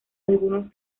algunos